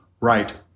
right